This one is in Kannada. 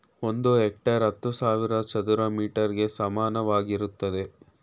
ಒಂದು ಹೆಕ್ಟೇರ್ ಹತ್ತು ಸಾವಿರ ಚದರ ಮೀಟರ್ ಗೆ ಸಮಾನವಾಗಿರುತ್ತದೆ